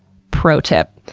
pro-tip.